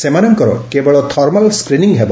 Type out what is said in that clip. ସେମାନଙ୍କର କେବଳ thermal screening ହେବ